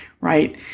right